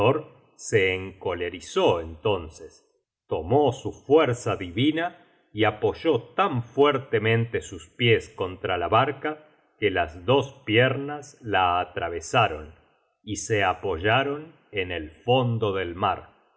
google book search generated at za divina y apoyó tan fuertemente sus pies contra la barca que las dos piernas la atravesaron y se apoyaron en el fondo del mar